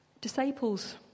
Disciples